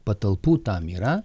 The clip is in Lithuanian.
patalpų tam yra